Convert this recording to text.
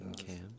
Okay